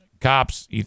cops